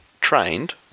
Trained